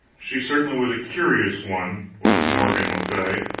she certainly was a curious one, was morgan le fay.